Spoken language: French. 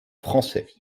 français